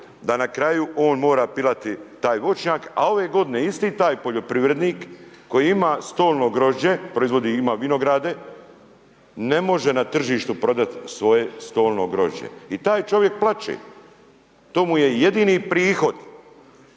da na kraju on mora pilati aj voćnjak. A ove g. isti taj poljoprivrednik koji ima stolno grožđe, proizvodi ima vinograde ne može na tržištu prodati svoje stolno grožđe i taj čovjek plaće. To mu je jedini prihod,